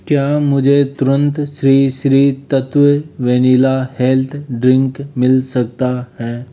क्या मुझे तुरंत Shri Shri Tattva vanilla health drink मिल सकता है